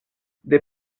des